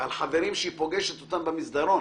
חברים שהיא פוגשת במסדרון.